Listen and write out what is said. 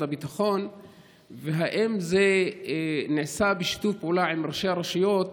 הביטחון והאם זה נעשה בשיתוף פעולה עם ראשי הרשויות